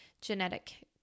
genetic